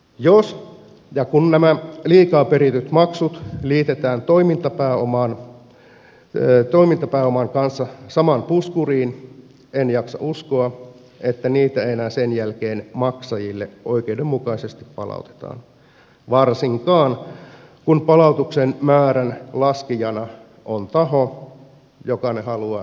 jos ja kun nämä liikaa perityt maksut liitetään toimintapääoman kanssa samaan puskuriin en jaksa uskoa että niitä enää sen jälkeen maksajille oikeudenmukaisesti palautetaan varsinkaan kun palautuksen määrän laskijana on taho joka ne haluaa itse pitää